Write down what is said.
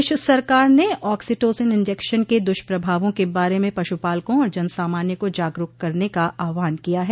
प्रदेश सरकार ने oxytocin injection के दुष्प्रभावों के बारे में पशुपालकों और जन सामान्य को जागरूक करने का आह्वान किया है